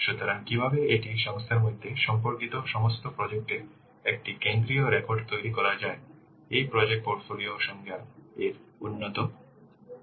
সুতরাং কীভাবে একটি সংস্থার মধ্যে সম্পর্কিত সমস্ত প্রজেক্ট এর একটি কেন্দ্রীয় রেকর্ড তৈরি করা যায় সুতরাং এটি প্রজেক্ট পোর্টফোলিও সংজ্ঞা এর অন্যতম উদ্দেশ্য